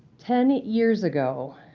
ten years ago,